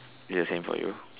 is the same for you